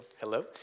hello